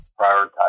prioritize